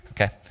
Okay